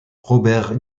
robert